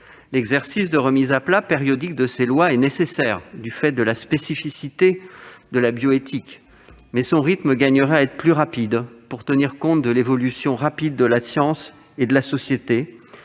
L'exercice de remise à plat périodique de ces lois est nécessaire du fait de la spécificité de la « matière bioéthique »: son rythme gagnerait à être plus rapide, pour tenir compte de l'évolution rapide de la science et de la société.